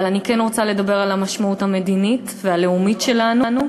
אבל אני כן רוצה לדבר על המשמעות המדינית והלאומית של העניין.